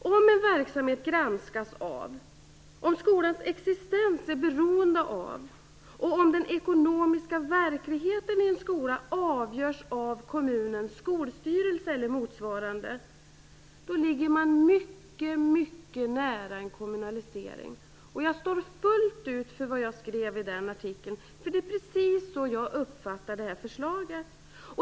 Om en verksamhet granskas av, om skolans existens är beroende av och om den ekonomiska verkligheten i en skola avgörs av kommunens skolstyrelse eller motsvarande, då ligger man mycket nära en kommunalisering. Jag står fullt ut för vad jag skrev i den artikeln, eftersom det är precis på det sättet som jag uppfattar detta förslag.